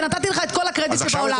ונתתי לך את כל הקרדיט שבעולם.